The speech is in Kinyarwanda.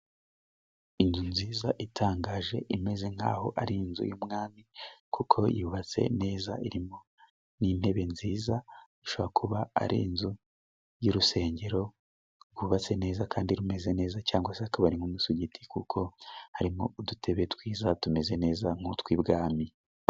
Inzu nziza itangaje imeze nk'aho ari inzu y'umwami kuko yubatse neza irimo n'intebe nziza bishobora kuba ari inzu y'urusengero rwubatse neza kandi rumeze neza cyangwa se akaba ari nk'umusigiti kuko harimo udutebe twiza tumeze neza nk'utwo ibwami.